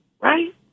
right